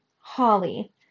Holly